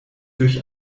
durch